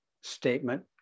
statement